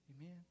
Amen